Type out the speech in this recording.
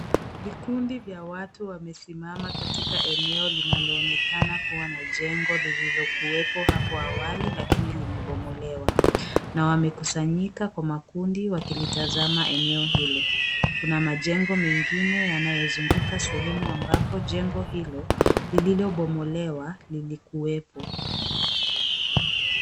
Vikundi vya watu wamesimama katika Eneo linaloonekana kuwa na jengo lililo kuepo hapo awali lakini limebomolewa. Na wamekusanyika kwa makundi wakilitazama eneo hilo. Kuna majengo mengine yanayozunguka sehemu ambapo jengo hilo lililobomolewa lilikuwepo.